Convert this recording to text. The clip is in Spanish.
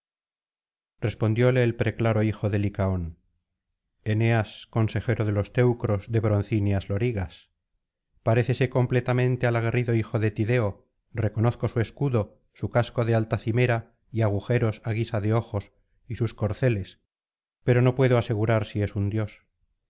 respondióle el preclaro hijo de licaón eneas consejero de los teucros de broncíneas lorigas parécese completamente al aguerrido hijo de tideo reconozco su escudo su casco de alta cimera y agujeros á guisa de ojos y sus corceles pero no puedo asegurar si es un dios